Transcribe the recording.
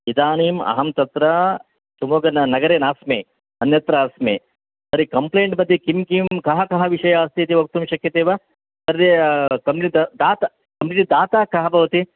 इदानीम् अहं तत्र शिवमोग्गनगरे नास्मि अन्यत्र अस्मि तर्हि कम्प्लेण्ट्मध्ये किं किं कः कः विषयः अस्ति इति वक्तुं शक्यते वा तर्हि कम्प्लेण्ट् दाता कम्प्लेण्ट् दाता कः भवति